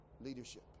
leadership